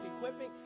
equipping